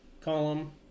column